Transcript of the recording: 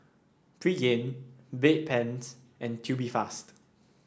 Pregain Bedpans and Tubifast